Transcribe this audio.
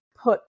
put